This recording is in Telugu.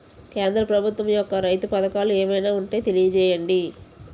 కేంద్ర ప్రభుత్వం యెక్క రైతు పథకాలు ఏమైనా ఉంటే తెలియజేయండి?